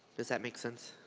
does that make sense?